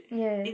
ya